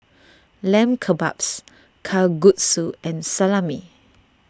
Lamb Kebabs Kalguksu and Salami